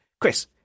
Chris